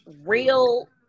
real